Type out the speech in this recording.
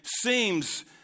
seems